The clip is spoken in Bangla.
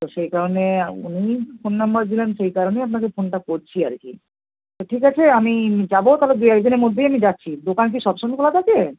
তো সেই কারণে উনিই ফোন নাম্বার দিলেন সেই কারণেই আপনাকে ফোনটা করছি আর কি তো ঠিক আছে আমি যাব তাহলে দুএকদিনের মধ্যেই আমি যাচ্ছি দোকান কি সবসময় খোলা থাকে